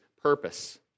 purpose